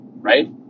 right